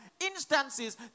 instances